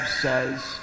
says